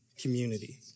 community